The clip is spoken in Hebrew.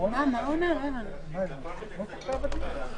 למעשה ה-60 יום זה המועד לתשלום.